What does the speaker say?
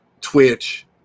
Twitch